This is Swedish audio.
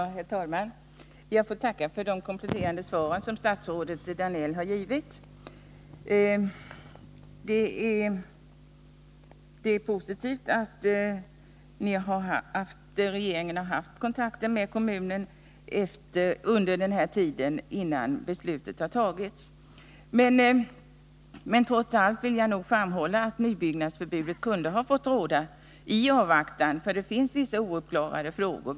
Herr talman! Jag får tacka för de kompletterande besked som statsrådet Danell har lämnat. Det är positivt att regeringen har haft kontakter med kommunen under tiden innan beslutet har tagits. Men trots allt vill jag nog framhålla att nybyggnadsförbudet kunde ha fått råda i avvaktan på att vissa ouppklarade frågor skulle lösas.